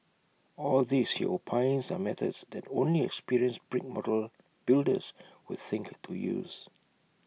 all these he opines are methods that only experienced brick model builders would think to use